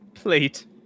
plate